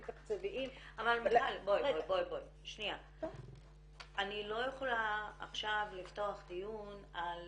תקציביים --- אני לא יכולה עכשיו לפתוח דיון על